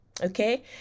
Okay